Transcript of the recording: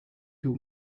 too